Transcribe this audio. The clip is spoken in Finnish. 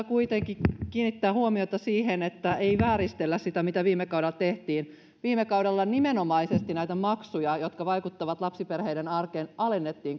kuitenkin kiinnittää huomiota siihen että ei vääristellä sitä mitä viime kaudella tehtiin viime kaudella nimenomaisesti alennettiin näitä maksuja jotka vaikuttavat lapsiperheiden arkeen